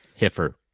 Hiffer